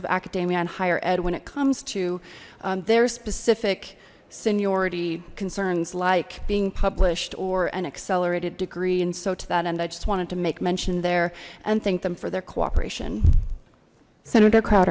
of academia and higher ed when it comes to their specific seniority concerns like being published or an accelerated degree and so to that end i just wanted to make mention there and thank them for their cooperation senator crowd